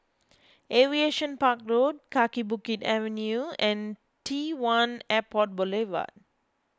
Aviation Park Road Kaki Bukit Avenue and T one Airport Boulevard